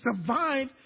survive